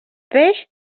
peix